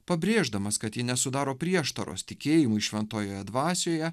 pabrėždamas kad ji nesudaro prieštaros tikėjimui šventojoje dvasioje